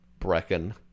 Brecken